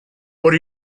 what